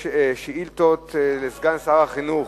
יש שאילתות לסגן שר החינוך.